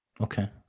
Okay